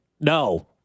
No